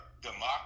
democracy